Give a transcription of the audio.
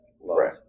Right